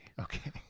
Okay